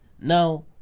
now